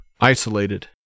isolated